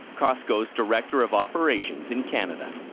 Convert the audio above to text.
costco's director of operations in canada.